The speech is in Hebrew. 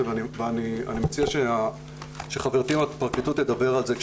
ואני מציע שחברתי מהפרקליטות תדבר על זה.